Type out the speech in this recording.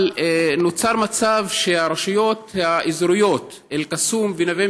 אבל נוצר מצב שהרשויות האזוריות אל-קסום ונווה